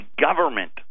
government